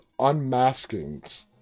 unmaskings